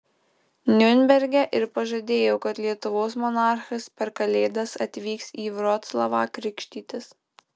niurnberge ir pažadėjo kad lietuvos monarchas per kalėdas atvyks į vroclavą krikštytis